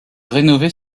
rénover